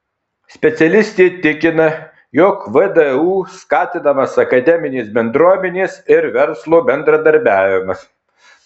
specialistė tikina jog vdu skatinamas akademinės bendruomenės ir verslo bendradarbiavimas